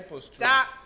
Stop